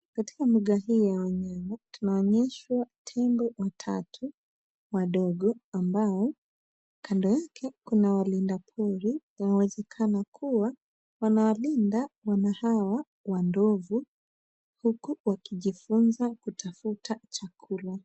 Katika mbuga hii ya wanyama tunaonyeshwa tembo watatu wadogo ambao kando yake kuna walinda pori wanawezekana kuwa wanawalinda wana hawa wa ndovu huku wakijifunza kutafuta chakula.